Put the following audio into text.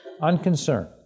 Unconcerned